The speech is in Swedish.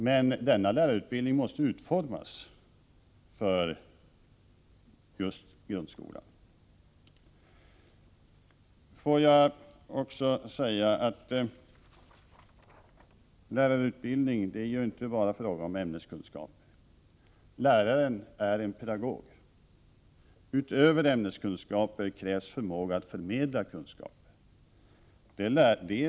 Men denna lärarutbildning måste utformas för just grundskolan. Får jag också säga att lärarutbildning inte bara är fråga om ämneskunskap. Läraren är en pedagog. Utöver ämneskunskaper krävs förmåga att förmedla kunskaper.